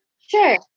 Sure